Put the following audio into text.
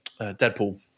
deadpool